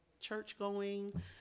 church-going